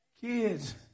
Kids